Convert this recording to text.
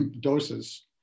doses